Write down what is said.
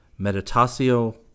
Meditatio